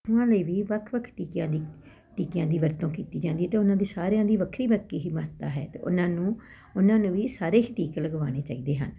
ਉਹਨਾਂ ਲਈ ਵੀ ਵੱਖ ਵੱਖ ਟੀਕਿਆਂ ਦੀ ਟੀਕਿਆਂ ਦੀ ਵਰਤੋਂ ਕੀਤੀ ਜਾਂਦੀ ਹੈ ਅਤੇ ਉਹਨਾਂ ਦੀ ਸਾਰਿਆਂ ਦੀ ਵੱਖਰੀ ਵੱਖਰੀ ਹੀ ਮਹੱਤਤਾ ਹੈ ਉਹਨਾਂ ਨੂੰ ਉਹਨਾਂ ਨੂੰ ਵੀ ਸਾਰੇ ਹੀ ਟੀਕੇ ਲਗਵਾਉਣੇ ਚਾਹੀਦੇ ਹਨ